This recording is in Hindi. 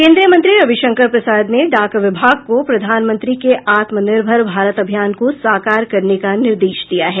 केन्द्रीय मंत्री रविशंकर प्रसादने डाक विभाग को प्रधानमंत्री के आत्मनिर्भर भारत अभियान को साकार करने का निर्देश दिया है